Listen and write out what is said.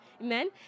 Amen